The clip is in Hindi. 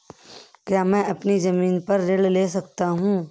क्या मैं अपनी ज़मीन पर ऋण ले सकता हूँ?